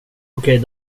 okej